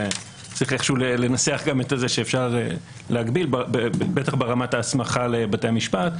צריך איכשהו לנסח כך שאפשר להגביל בטח ברמת ההסמכה לבתי המשפט.